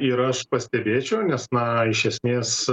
ir aš pastebėčiau nes na iš esmės